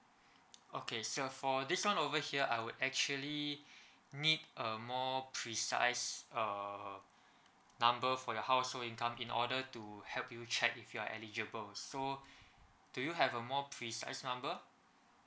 okay sir for this [one] over here I would actually need a more precise uh number for your household income in order to help you check if you are eligible so do you have a more precise number